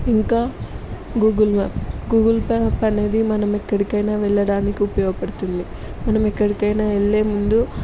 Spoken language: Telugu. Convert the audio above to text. ఇంకా గూగుల్ మ్యాప్ గూగుల్ మ్యాప్ అనేది మనం ఎక్కడికైనా వెళ్ళడానికి ఉపయోగపడుతుంది మనం ఎక్కడికైనా వెళ్ళే ముందు